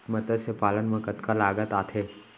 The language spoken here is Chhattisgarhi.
मतस्य पालन मा कतका लागत आथे?